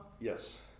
Yes